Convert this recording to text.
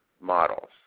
models